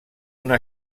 una